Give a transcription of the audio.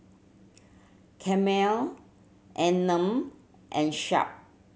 Camel Anmum and Sharp